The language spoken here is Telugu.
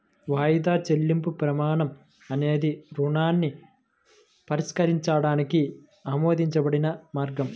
వాయిదా చెల్లింపు ప్రమాణం అనేది రుణాన్ని పరిష్కరించడానికి ఆమోదించబడిన మార్గం